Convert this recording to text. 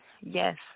Yes